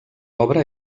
obra